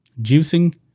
juicing